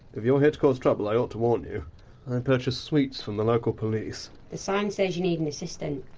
if you're here to cause trouble, i ought to warn you i and purchase sweets from the local police. the sign says you need an assistant.